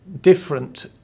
different